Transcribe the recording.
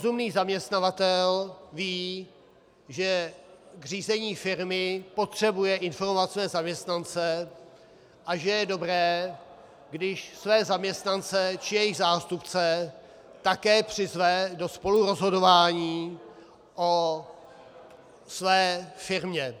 Rozumný zaměstnavatel ví, že k řízení firmy potřebuje informace zaměstnance a že je dobré, když své zaměstnance či jejich zástupce také přizve do spolurozhodování o své firmě.